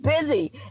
busy